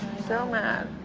so mad.